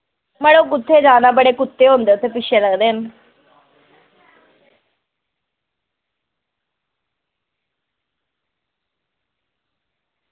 मड़ो कुत्थें जाना बड़े कुत्ते पिच्छें लगदे न